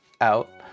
out